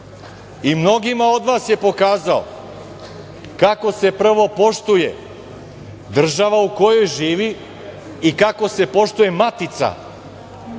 Mnogima od vas je pokazao kako se prvo poštuje država u kojoj živi i kako se poštuje matica, njegova